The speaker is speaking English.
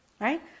Right